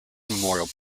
memorial